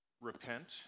Repent